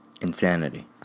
INSANITY